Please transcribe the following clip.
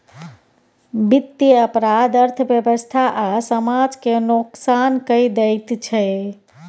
बित्तीय अपराध अर्थव्यवस्था आ समाज केँ नोकसान कए दैत छै